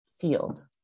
field